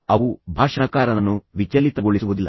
ಅವು ಭಾಷಣಕಾರನನ್ನು ವಿಚಲಿತಗೊಳಿಸುವುದಿಲ್ಲ